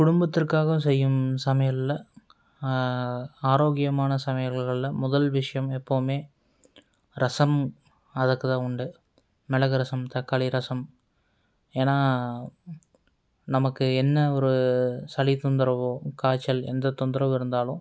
குடும்பத்திற்காக செய்யும் சமையலில் ஆரோக்கியமான சமையல்களில் முதல் விஷயோம் எப்போதுமே ரசம் அதுக்கு தான் உண்டு மிளகு ரசம் தக்காளி ரசம் ஏன்னால் நமக்கு என்ன ஒரு சளி தொந்தரவோ காய்ச்சல் எந்த தொந்தரவு இருந்தாலும்